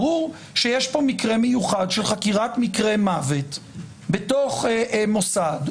ברור שיש פה מקרה מיוחד של חקירת מקרה מוות ב תוך מוסד,